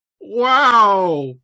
Wow